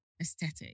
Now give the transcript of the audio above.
aesthetic